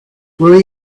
will